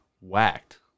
Whacked